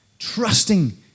Trusting